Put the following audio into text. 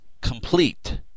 complete